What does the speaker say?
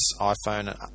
iPhone